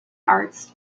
arts